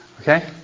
Okay